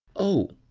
oh,